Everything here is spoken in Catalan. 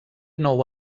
nou